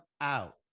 out